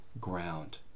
ground